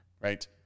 right